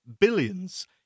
billions